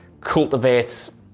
cultivates